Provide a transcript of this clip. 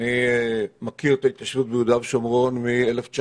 אני מכיר את ההתיישבות ביהודה ושומרון מ-1992